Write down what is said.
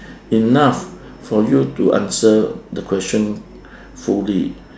enough for you to answer the question fully